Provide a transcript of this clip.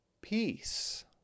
Peace